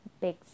big